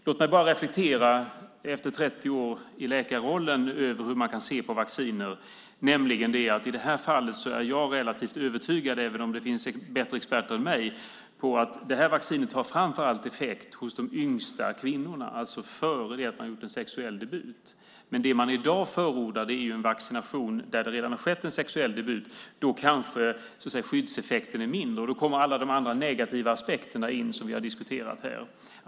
Låt mig med 30 år i läkarrollen reflektera över hur man kan se på vacciner. Även om det finns bättre experter än jag är jag i det här fallet relativt övertygad om att detta vaccin framför allt har effekt hos de yngsta kvinnorna som ännu inte gjort sexuell debut. Men det man i dag förordar är en vaccination där det redan har skett en sexuell debut, och då kanske skyddseffekten är mindre. Då kommer alla de negativa aspekter som vi har diskuterat här in.